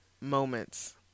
moments